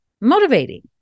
motivating